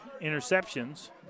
interceptions